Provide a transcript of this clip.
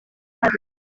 abiri